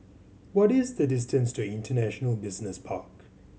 what is the distance to International Business Park